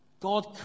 God